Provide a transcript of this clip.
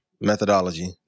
methodology